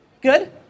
Good